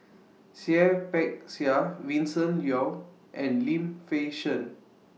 Seah Peck Seah Vincent Leow and Lim Fei Shen